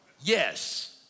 Yes